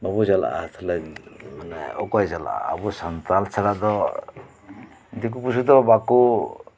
ᱵᱟᱹᱵᱩ ᱪᱟᱞᱟᱜᱼᱟ ᱛᱟᱦᱚᱞᱮ ᱢᱟᱱᱮ ᱚᱠᱚᱭ ᱪᱟᱞᱟᱜᱼᱟ ᱟᱵᱚ ᱥᱟᱱᱛᱟᱞ ᱪᱷᱟᱲᱟ ᱫᱚ ᱫᱤᱠᱩ ᱯᱩᱥᱤᱫᱚ ᱵᱟᱠᱚ